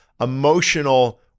emotional